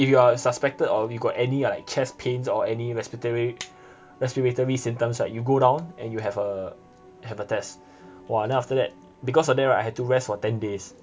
if you're suspected or you got any like chest pains or any respiratory respiratory symptoms right you go down and you have a have a test !wah! then after that because of that right I had to rest for ten days